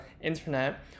internet